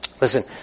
Listen